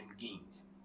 gains